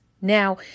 Now